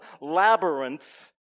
labyrinth